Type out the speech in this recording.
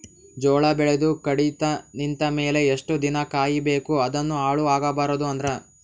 ಜೋಳ ಬೆಳೆದು ಕಡಿತ ನಿಂತ ಮೇಲೆ ಎಷ್ಟು ದಿನ ಕಾಯಿ ಬೇಕು ಅದನ್ನು ಹಾಳು ಆಗಬಾರದು ಅಂದ್ರ?